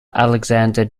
alexander